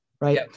Right